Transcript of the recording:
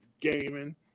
gaming